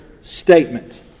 statement